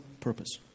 purpose